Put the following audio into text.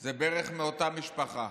זה בערך מאותה משפחה.